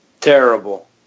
Terrible